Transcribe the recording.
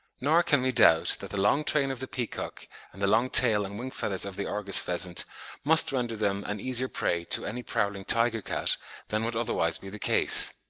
nor can we doubt that the long train of the peacock and the long tail and wing-feathers of the argus pheasant must render them an easier prey to any prowling tiger-cat than would otherwise be the case.